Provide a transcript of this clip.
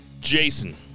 Jason